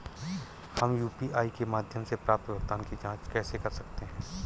हम यू.पी.आई के माध्यम से प्राप्त भुगतान की जॉंच कैसे कर सकते हैं?